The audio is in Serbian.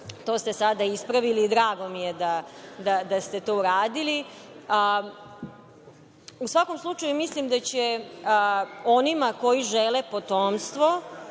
To ste sada ispravili. Drago mi je da ste to uradili.U svakom slučaju mislim da će onima koji žele potomstvo,